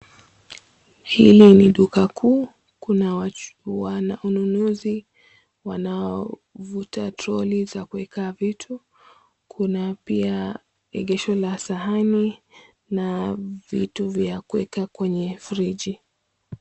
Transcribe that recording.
Hili ni duka kuu, kuna wanunuzi wanovuta troli za kuweka vitu kuna pia engesho la sahani na vitu zakuweka kwenye fridge .